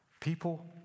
People